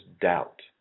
doubt